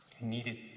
needed